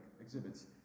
exhibits